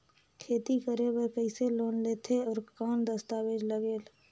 खेती करे बर कइसे लोन लेथे और कौन दस्तावेज लगेल?